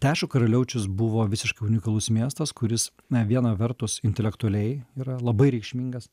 aišku karaliaučius buvo visiškai unikalus miestas kuris n viena vertus intelektualiai yra labai reikšmingas